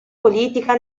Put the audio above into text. politica